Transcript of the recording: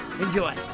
enjoy